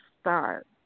start